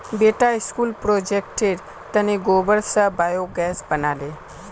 बेटा स्कूल प्रोजेक्टेर तने गोबर स बायोगैस बना ले